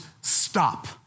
stop